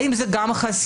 האם זה גם חסין.